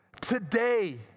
Today